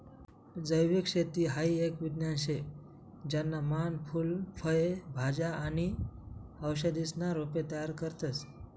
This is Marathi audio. जैविक शेती हाई एक विज्ञान शे ज्याना मान फूल फय भाज्या आणि औषधीसना रोपे तयार करतस